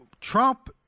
Trump